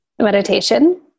Meditation